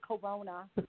corona